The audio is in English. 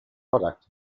product